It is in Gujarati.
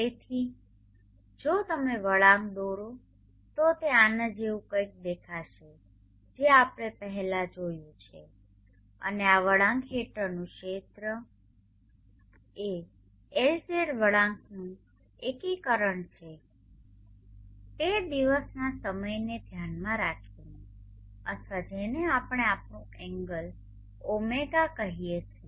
તેથી જો તમે વળાંક દોરો તો તે આના જેવું કંઈક દેખાશે જે આપણે પહેલા જોયું છે અને આ વળાંક હેઠળનું ક્ષેત્ર એ LZ વળાંકનું એકીકરણ છે તે દિવસના સમયને ધ્યાનમાં રાખીને અથવા જેને આપણે આપણું એંગલ ઓમેગા કહીએ છીએ